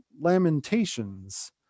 Lamentations